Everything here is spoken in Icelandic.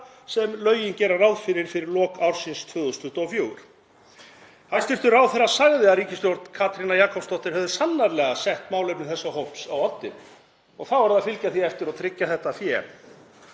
sem lögin gera ráð fyrir fyrir lok ársins 2024. Hæstv. ráðherra sagði að ríkisstjórn Katrínar Jakobsdóttur hefði sannarlega sett málefni þessa hóps á oddinn, og þá er að fylgja því eftir og tryggja þetta fé.